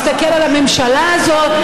מסתכל על הממשלה הזאת,